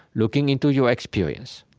looking into your experience.